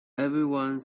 everyone